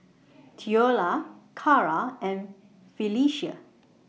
Theola Carra and Phylicia